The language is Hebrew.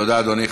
תודה, אדוני.